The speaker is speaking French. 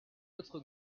autre